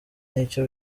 nicyo